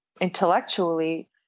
intellectually